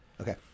Okay